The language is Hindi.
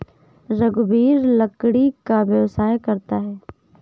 रघुवीर लकड़ी का व्यवसाय करता है